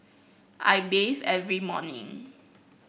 I bathe every morning